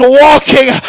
walking